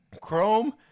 Chrome